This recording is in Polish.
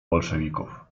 bolszewików